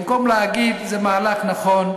במקום להגיד שזה מהלך נכון,